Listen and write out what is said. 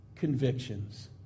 convictions